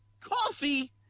coffee